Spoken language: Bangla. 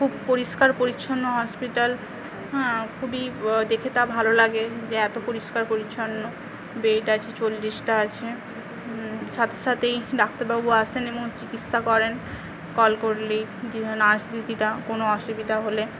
খুব পরিষ্কার পরিছন্ন হসপিটাল হ্যাঁ খুবই দেখে তা ভালো লাগে যে এত পরিষ্কার পরিছন্ন বেড আছে চল্লিশটা আছে সাথে সাথেই ডাক্তারবাবু আসেন এবং চিকিৎসা করেন কল করলেই নার্স দিদিরা কোনো অসুবিধা হলে